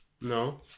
No